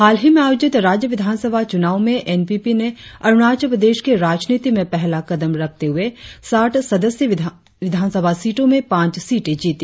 हालही में आयोजित राज्य विधानसभा चुनाव में एन पी पी ने अरुणाचल प्रदेश के राजनीति में पहला कदम रखते हुए साठ सदस्यीय सीटों में पांच सीटे जीती